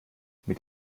mit